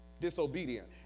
disobedient